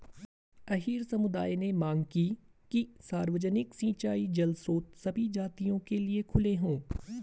अहीर समुदाय ने मांग की कि सार्वजनिक सिंचाई जल स्रोत सभी जातियों के लिए खुले हों